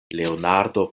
leonardo